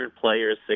players